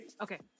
Okay